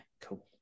cool